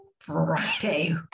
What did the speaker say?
Friday